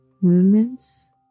movements